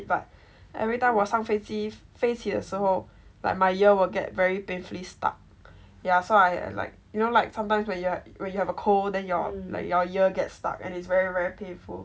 everytime 我上飞机飞起的时候 like my ear will get very painfully stuck ya so I like you know like sometimes when you're when you have a cold then you're like your ear get stuck and it's very very painful